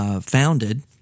founded